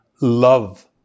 love